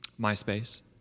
MySpace